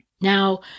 Now